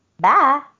Bye